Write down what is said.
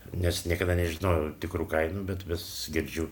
nes niekada nežinojau tikrų kainų bet vis girdžiu